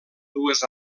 dues